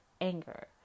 anger